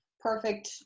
perfect